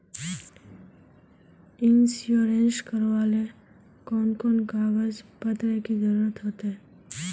Insurance करावेल कोन कोन कागज पत्र की जरूरत होते?